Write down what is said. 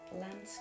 landscape